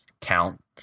count